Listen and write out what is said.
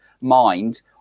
mind